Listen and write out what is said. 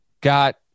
Got